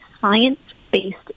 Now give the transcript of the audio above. science-based